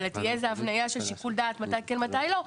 אלא יהיה שיקול דעת מתי כן ומתי לא.